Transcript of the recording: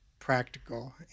practical